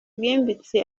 bwimbitse